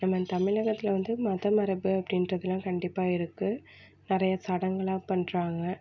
நம்ம தமிழகத்தில் வந்து மத மரபு அப்படின்றதுலாம் கண்டிப்பாக இருக்கு நிறையா சடங்குலாம் பண்ணுறாங்க